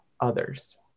others